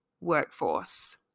workforce